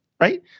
right